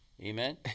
amen